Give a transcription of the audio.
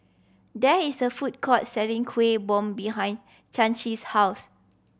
there is a food court selling Kueh Bom behind Chancey's house